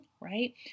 right